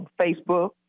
Facebook